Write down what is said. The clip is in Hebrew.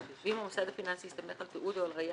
ואם המוסד הפיננסי הסתמך על תיעוד או על ראיה